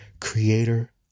creator